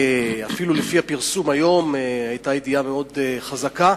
אפילו לפי הפרסום היום, היתה ידיעה מאוד חזקה,